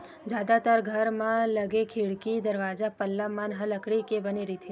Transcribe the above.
जादातर घर म लगे खिड़की, दरवाजा, पल्ला मन ह लकड़ी के बने होथे